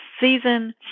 season